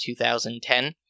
2010